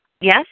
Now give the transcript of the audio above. Yes